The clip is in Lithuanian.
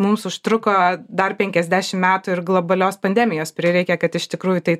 mums užtruko dar penkiasdešim metų ir globalios pandemijos prireikė kad iš tikrųjų tai